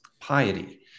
piety